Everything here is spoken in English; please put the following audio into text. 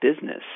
business